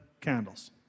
candles